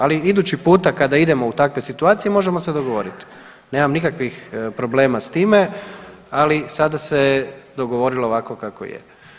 Ali idući puta kada idemo u takve situacije, možemo se dogovoriti, nemam nikakvih problema s time, ali sada se dogovorilo ovako kako je.